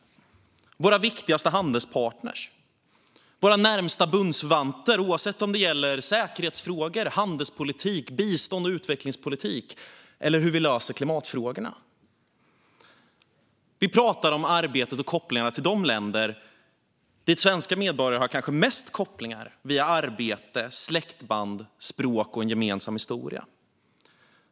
De är våra viktigaste handelspartner och våra närmaste bundsförvanter, oavsett om det gäller säkerhetsfrågor, handelspolitik, bistånds och utvecklingspolitik eller hur vi löser klimatfrågorna. Vi pratar om arbetet med och kopplingarna till de länder dit svenska medborgare kanske har mest kopplingar via arbete, släktband, språk och en gemensam historia.